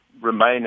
remain